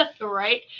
right